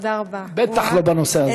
ודאי לא בנושא הזה.